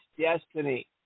Destiny